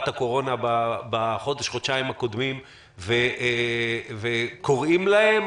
הקורונה בחודש-חודשיים הקודמים וקוראים להם,